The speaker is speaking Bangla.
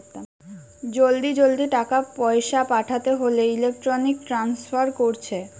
জলদি জলদি টাকা পয়সা পাঠাতে হোলে ইলেক্ট্রনিক ট্রান্সফার কোরছে